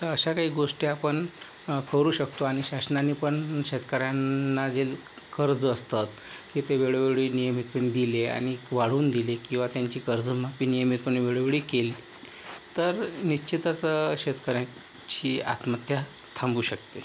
तर अशा काही गोष्टी आपण करू शकतो आणि शासनानेपण शेतकऱ्यांना जे कर्ज असतात की ते वेळोवेळी नियमितपणे दिले आणिक वाढवून दिले किंवा त्यांची कर्जमाफी नियमितपणे वेळोवेळी केली तर निश्चितच शेतकऱ्यांची आत्महत्या थांबू शकते